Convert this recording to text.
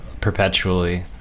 perpetually